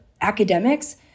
academics